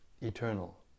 eternal